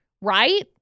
Right